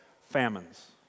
famines